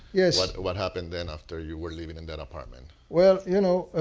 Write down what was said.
yeah like what happened then after you were living in that apartment? well, you know